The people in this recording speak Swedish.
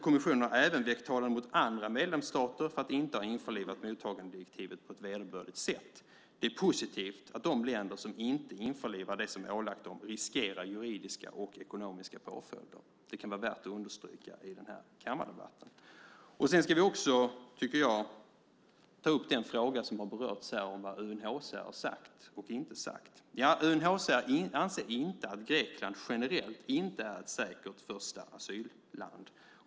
Kommissionen har även väckt talan mot andra medlemsstater för att inte ha införlivat mottagandedirektivet på ett vederbörligt sätt. Det är positivt att de länder som inte införlivar det som är ålagt dem riskerar juridiska och ekonomiska påföljder. Det kan vara värt att understryka i den här kammardebatten. Sedan tycker jag också att vi ska ta upp den fråga som har berörts om vad UNHCR har sagt och inte sagt. UNHCR anser inte att Grekland generellt inte är ett säkert första asylland.